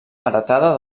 heretada